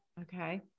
Okay